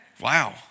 Wow